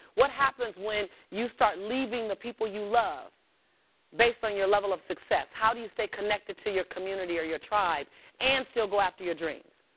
what happens when you start leaving the people you love based on your level of success? how do you stay connected to your community or your tribe and still go after your dreams?